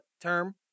term